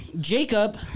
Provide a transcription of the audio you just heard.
Jacob